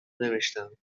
نوشتهام